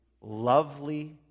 lovely